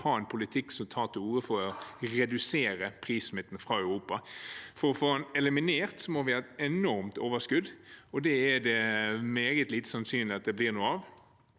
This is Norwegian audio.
ha en politikk som tar til orde for å redusere prissmitten fra Europa. For å eliminere den må vi ha et enormt overskudd, og det er det meget lite sannsynlig at det blir noe av.